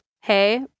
hey